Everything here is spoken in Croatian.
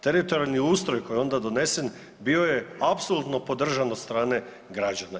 Teritorijalni ustroj koji je onda donesen bio je apsolutno podržan od strane građana.